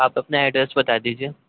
آپ اپنا ایڈریس بتا دیجیے